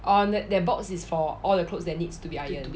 oh that box is for all the clothes that needs to be ironed